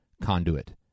Conduit